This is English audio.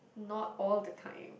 not all the time